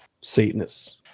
Satanists